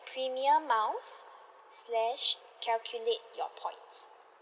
premium miles slash calculate your points